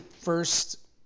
first